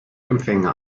empfänger